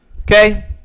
Okay